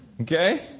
Okay